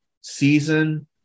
season